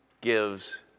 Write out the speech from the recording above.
gives